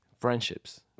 friendships